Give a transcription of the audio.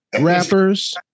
rappers